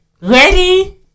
Ready